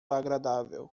agradável